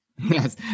yes